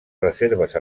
reserves